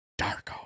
Darko